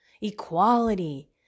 equality